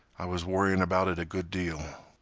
i was worryin' about it a good deal.